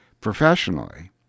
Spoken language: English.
professionally